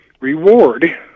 reward